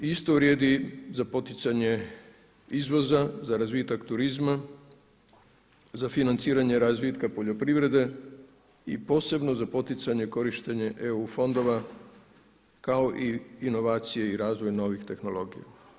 I isto vrijedi za poticanje izvoza, za razvitak turizma, za financiranje razvitka poljoprivrede i posebno za poticanje korištenje EU fondova kao i inovacija i razvoj novih tehnologija.